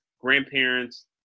grandparents